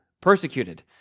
persecuted